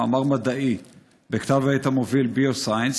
מאמר מדעי בכתב העת המוביל BioScience,